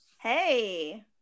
hey